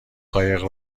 قایق